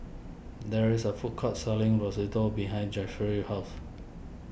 there is a food court selling Risotto behind Jeffry's house